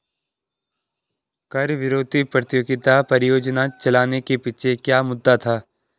कर विरोधी प्रतियोगिता परियोजना चलाने के पीछे क्या मुद्दा था?